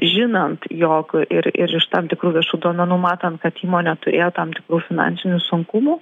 žinant jog ir ir iš tam tikrų viešų duomenų matant kad įmonė turėjo tam tikrų finansinių sunkumų